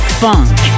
funk